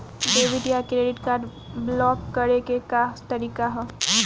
Debit या credit card block करे के का तरीका ह?